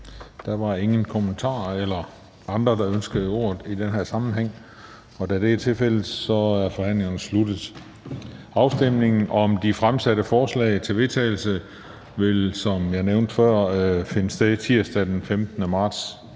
Der var ingen kommentarer eller andre, der ønskede ordet i den her sammenhæng. Da det er tilfældet, er forhandlingen sluttet. Afstemningen om de fremsatte forslag til vedtagelse vil, som jeg nævnte før, finde sted tirsdag den 15. marts